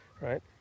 right